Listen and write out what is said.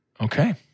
Okay